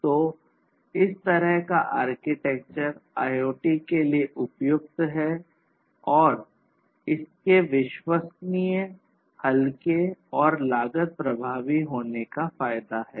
तो इस तरह का आर्किटेक्चर IoT के लिए उपयुक्त है और इसके विश्वसनीय हल्के और लागत प्रभावी होने का फायदा है